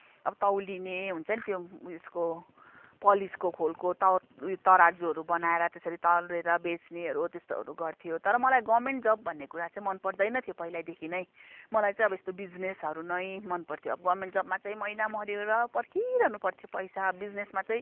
अब तौलिने हुन्छ नि त्यो उयेसको पलिसको खोलको तराजुहरू बनाएर त्यसरी तौलेर बेच्नेहरू हो त्यस्तोहरू गर्थ्यो तर मलाई गभर्मेन्ट जब भन्ने कुरा चाहिँ मन पर्दैनथ्यो पहिलैदेखि नै मलाई चाहिँ अब यस्तो बिजनेसहरू नै मन पर्थ्यो अब गभर्मेन्ट जबमा चाहिँ महिना मऱ्यो र पर्खिरहनु पर्थ्यो पैसा बिजनेसमा चाहिँ